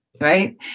Right